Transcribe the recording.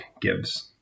gives